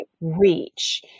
reach